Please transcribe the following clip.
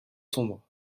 sombres